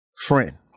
friend